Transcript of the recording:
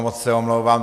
Moc se omlouvám.